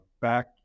back